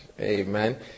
amen